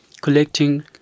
collecting